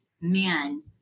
men